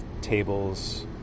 tables